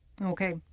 Okay